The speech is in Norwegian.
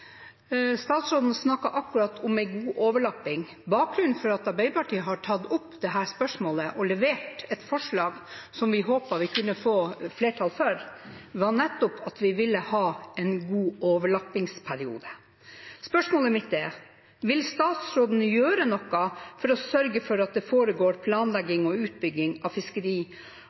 Statsråden snakket akkurat om en god overlapping. Bakgrunnen for at Arbeiderpartiet har tatt opp dette spørsmålet og levert et forslag som vi håpte vi kunne få flertall for, var nettopp at vi ville ha en god overlappingsperiode. Spørsmålet mitt er: Vil statsråden gjøre noe for å sørge for at det foregår planlegging og utbygging av